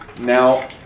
Now